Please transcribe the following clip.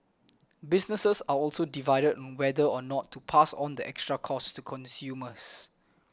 businesses are also divided on whether or not to pass on the extra costs to consumers